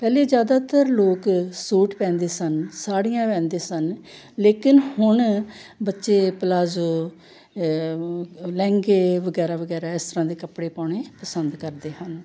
ਪਹਿਲੇ ਜ਼ਿਆਦਾਤਰ ਲੋਕ ਸੂਟ ਪਹਿਨਦੇ ਸਨ ਸਾੜੀਆਂ ਪਹਿਨਦੇ ਸਨ ਲੇਕਿਨ ਹੁਣ ਬੱਚੇ ਪਲਾਜੋ ਲਹਿੰਗੇ ਵਗੈਰਾ ਵਗੈਰਾ ਇਸ ਤਰ੍ਹਾਂ ਦੇ ਕੱਪੜੇ ਪਾਉਣੇ ਪਸੰਦ ਕਰਦੇ ਹਨ